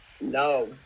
No